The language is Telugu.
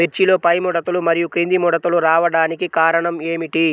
మిర్చిలో పైముడతలు మరియు క్రింది ముడతలు రావడానికి కారణం ఏమిటి?